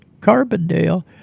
Carbondale